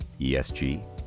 ESG